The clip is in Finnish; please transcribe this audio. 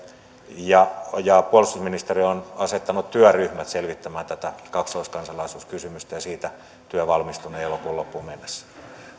ja ja puolustusministeriö ovat asettaneet työryhmät selvittämään tätä kaksoiskansalaisuuskysymystä ja siitä työ valmistunee elokuun loppuun mennessä